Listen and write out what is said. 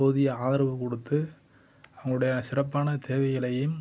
போதிய ஆதரவு கொடுத்து அவங்களுடைய சிறப்பான தேவைகளையும்